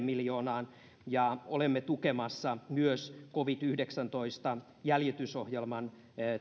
miljoonaan ja olemme tukemassa myös covid yhdeksäntoista jäljitysohjelman